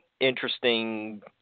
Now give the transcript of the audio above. interesting